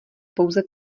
pouze